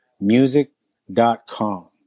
music.com